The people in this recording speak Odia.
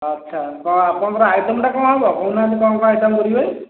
ଆଚ୍ଛା କ'ଣ ଆପଣଙ୍କର ଆଇଟମ୍ଟା କ'ଣ ହେବ କହୁନାହାନ୍ତି କ'ଣ କ'ଣ ଆଇଟମ୍ କରିବେ